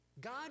God